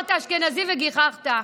אמרת אשכנזי וגיחכת.